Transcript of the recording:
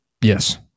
Yes